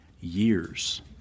years